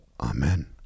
Amen